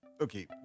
Okay